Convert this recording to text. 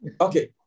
Okay